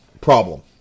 problem